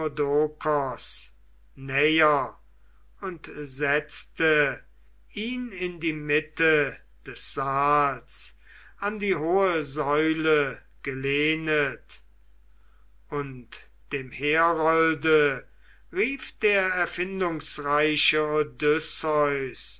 und setzte ihn in die mitte des saals an die hohe säule gelehnet und dem herolde rief der erfindungsreiche